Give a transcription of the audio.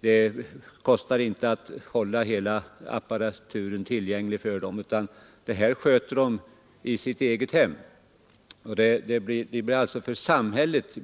Det kostar inte att hålla apparaturen tillgänglig för läkarna, utan de sköter praktiken i sitt eget hem, Detta blir billigare för samhället.